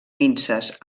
minses